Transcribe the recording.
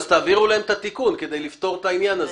אז תעבירו להם את התיקון כדי לפתור את העניין הזה.